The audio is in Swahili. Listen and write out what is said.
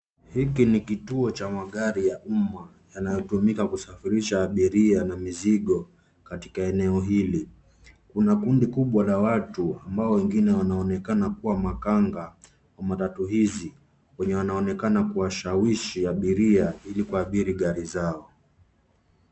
Hiki ni kituo cha magari ya umma yanayotumika kusafirisha abiria na mizigo katika eneo hili. Kuna kundi kubwa la watu ambao wengine wanaonekana kuwa makanga wa matatu hizi, wenye wanaonekana kuwashawishi abiria ili kuabiri gari zao.